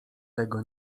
tego